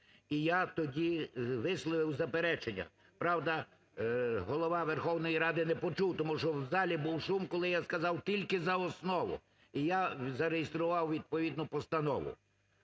І я тоді висловив заперечення. Правда, Голова Верховної Ради не почув, тому що в залі був шум, коли я сказав тільки за основу. І я зареєстрував відповідну постанову